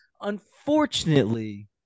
Unfortunately